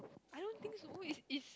I don't so who is is